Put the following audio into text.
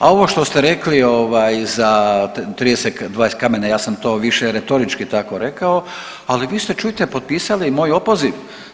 A ovo što ste rekli ovaj za 32 kamena, ja sam to više retorički tako rekao, ali vi ste čujte, potpisali moj opoziv.